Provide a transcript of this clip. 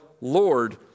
Lord